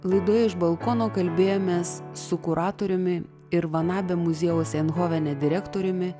laidoje iš balkono kalbėjomės su kuratoriumi ir van abe muziejaus eindhovene direktoriumi